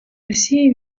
росії